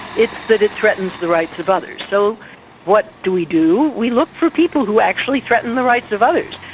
it's that it threatens the rights of others. so what do we do? we look for people who actually threaten the rights of others.